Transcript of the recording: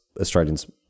Australians